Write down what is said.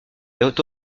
est